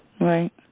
Right